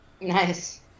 Nice